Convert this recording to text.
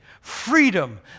freedom